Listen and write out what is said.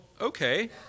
okay